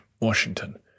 Washington